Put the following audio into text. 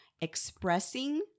expressing